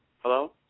Hello